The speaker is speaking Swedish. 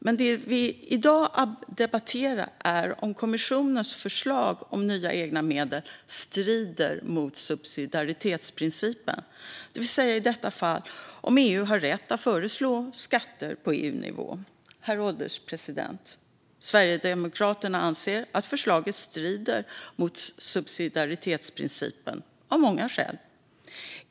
Det vi debatterar i dag är om kommissionens förslag om nya egna medel strider mot subsidiaritetsprincipen, det vill säga i detta fall om EU har rätt att föreslå skatter på EU-nivå. Herr ålderspresident! Sverigedemokraterna anser att förslaget strider mot subsidiaritetsprincipen, av många skäl.